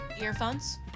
earphones